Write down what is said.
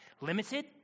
limited